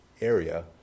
area